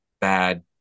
bad